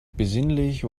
besinnlich